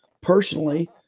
personally